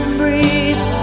breathe